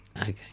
Okay